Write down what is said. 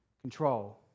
control